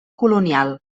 colonial